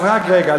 אז רק רגע,